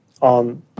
on